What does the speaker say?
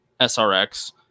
SRX